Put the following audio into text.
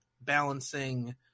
balancing